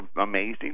amazing